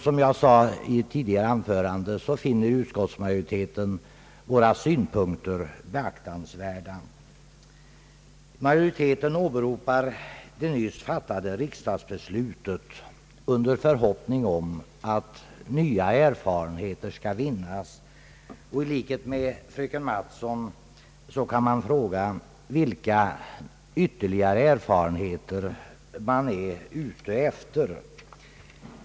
Som jag erinrade om i mitt tidigare anförande finner utskottsmajoriteten våra synpunkter beaktansvärda. Utskottsmajoriteten åberopar det nyligen fattade riksdagsbeslutet och anser att nya erfarenheter först måste vinnas. I likhet med fröken Mattson kan man fråga vilka ytterligare erfarenheter utskottet kan efterlysa.